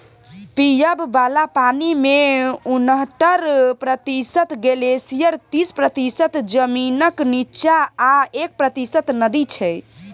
पीबय बला पानिमे उनहत्तर प्रतिशत ग्लेसियर तीस प्रतिशत जमीनक नीच्चाँ आ एक प्रतिशत नदी छै